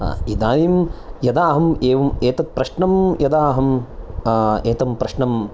इदानीं यदा अहम् एवम् एतत् प्रश्नं यदा अहम् एतं प्रश्नं